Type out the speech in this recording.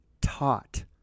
taught